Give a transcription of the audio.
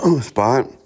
spot